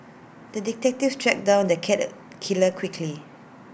the detective tracked down the cat killer quickly